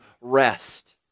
rest